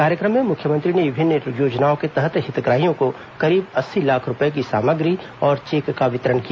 कार्यक्रम में मुख्यमंत्री ने विभिन्न योजनाओं के तहत हितग्राहियों को करीब अस्सी लाख रूपए की सामग्री और चेक का वितरण किया